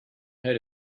heard